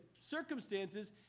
circumstances